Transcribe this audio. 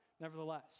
nevertheless